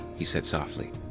he said softly.